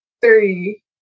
Three